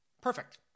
perfect